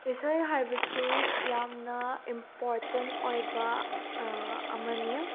ꯏꯁꯩ ꯍꯥꯏꯕꯁꯤ ꯌꯥꯝꯅ ꯏꯝꯄꯣꯔꯇꯦꯟ ꯑꯣꯏꯕ ꯑꯃꯅꯤ